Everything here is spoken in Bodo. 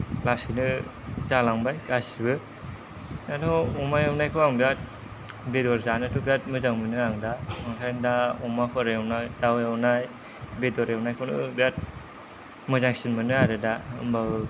लासैनो जालांबाय गासिबो दाथ' अमा एवनायखौ आं बिराद बेदर जानोथ' बिराद मोजां मोनो आं दा ओंखायनो दा अमाफोर एवनाय दाउ एवनाय बेदर एवनायखौनो बिराद मोजांसिन मोनो आरो दा होमब्लाबो